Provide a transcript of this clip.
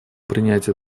принять